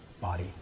body